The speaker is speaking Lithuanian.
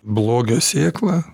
blogio sėkla